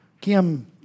Kim